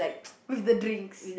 with the drinks